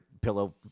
pillow